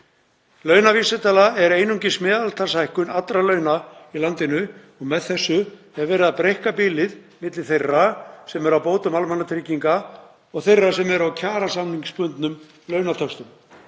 Launavísitala er einungis meðaltalshækkun allra launa í landinu og með þessu er verið að breikka bilið milli þeirra sem eru á bótum almannatrygginga og þeirra sem eru á kjarasamningsbundnum launatöxtum.